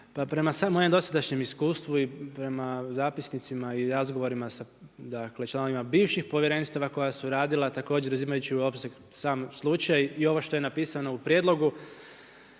svom mojem dosadašnjem iskustvu i prema zapisnicima i razgovorima sa dakle članovima bivših povjerenstava koja su radila također uzimajući u obzir sam slučaj i ovo što je napisano u prijedlogu